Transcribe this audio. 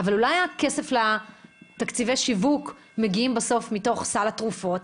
אבל אולי הכסף לתקציבי השיווק מגיע בסוף מתוך סל התרופות?